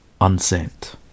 unsent